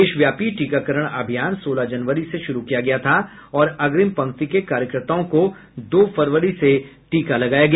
देशव्यापी टीकाकरण अभियान सोलह जनवरी से शुरू किया गया था और अग्रिम पंक्ति के कार्यकर्ताओं को दो फरवरी से टीका लगाया गया